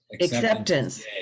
acceptance